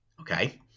Okay